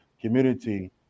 community